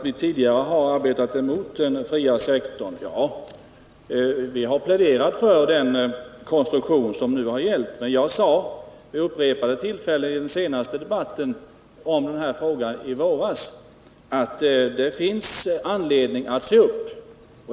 Vi har pläderat för den konstruktion av det fria området som nu gäller, men jag sade vid upprepade tillfällen i den senaste debatten i den här frågan — i våras — att det finns anledning att se upp.